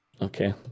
Okay